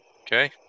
Okay